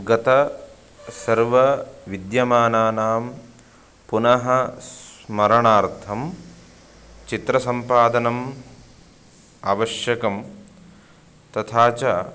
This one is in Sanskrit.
गतं सर्वविद्यमानानां पुनः स्मरणार्थं चित्रसम्पादनम् आवश्यकं तथा च